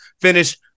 finish